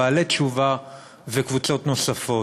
בעלי תשובה וקבוצות נוספות,